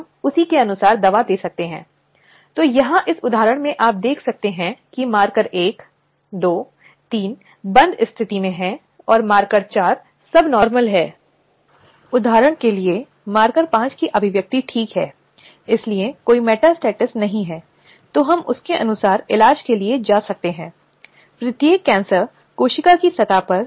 अब यह पहली बार था जहां अदालत ने एक गाइड लाइन रखी जिसमें एक निश्चित अधिनियम और नियोक्ताओं को कुछ शर्तों का पालन करने की आवश्यकता थी ताकि उत्पीड़न के उन शिकायतों की देखभाल के लिए एक तंत्र स्थापित किया जा सके जो कार्य स्थल के भीतर महिलाओं के खिलाफ हैं